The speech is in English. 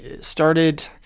started